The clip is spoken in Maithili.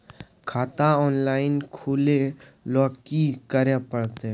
खाता ऑनलाइन खुले ल की करे परतै?